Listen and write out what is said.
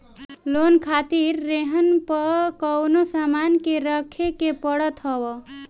loan खातिर रेहन पअ कवनो सामान के रखे के पड़त हअ